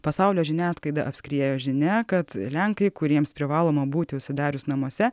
pasaulio žiniasklaidą apskriejo žinia kad lenkai kuriems privaloma būti užsidarius namuose